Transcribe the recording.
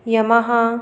Yamaha